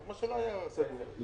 אני